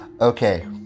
Okay